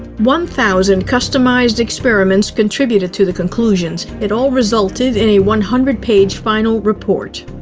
one thousand customized experiments contributed to the conclusions. it all resulted in a one hundred page final report.